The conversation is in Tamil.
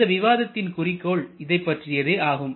இந்த விவாதத்தின் குறிக்கோள் இதைப்பற்றியதே ஆகும்